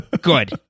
good